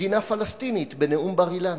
מדינה פלסטינית בנאום בר-אילן.